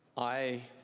i